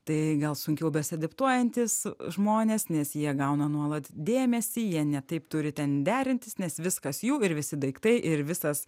tai gal sunkiau besiadaptuojantys žmonės nes jie gauna nuolat dėmesį jie ne taip turi ten derintis nes viskas jų ir visi daiktai ir visas